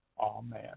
Amen